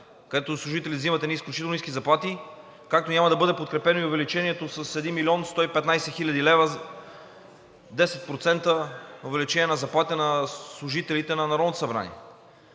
където служителите взимат едни изключително ниски заплати, както няма да бъде подкрепено и увеличението с 1 млн. 115 хил. лв. – 10% увеличение на заплатите, на служителите на